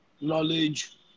knowledge